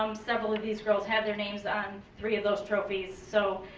um several of these girls have their names on three of those trophies, so